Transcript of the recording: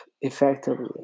effectively